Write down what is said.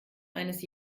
eines